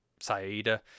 saida